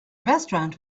restaurant